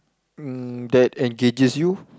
um that engages you